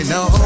no